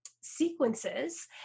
sequences